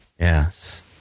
Yes